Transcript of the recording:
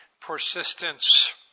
persistence